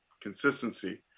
Consistency